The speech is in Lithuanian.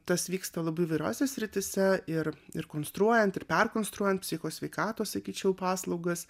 tas vyksta labai įvairiose srityse ir ir konstruojant ir perkonstruojant psicho sveikatos sakyčiau paslaugas